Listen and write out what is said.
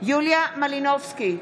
יוליה מלינובסקי,